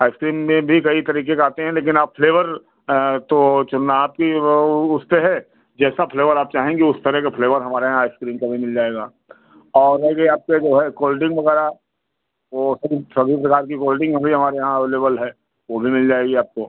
अइस cream में भी कई तरीक़े के आते हैं लेकिन आप फ्लेवर तो चुनना आपकी वह उसपर है जैसा फ्लेवर आप चाहेंगी उस तरह का फ्लेवर हमारे यहाँ आइस क्रीम का भी मिल जाएगा और रह गई आपके जो है कोल्ड डिंग वग़ैरह वह सभी सभी प्रकार के कोल्ड ड्रिंक भी हमारे यहाँ अवलेबल है वह भी मिल जाएगी आपको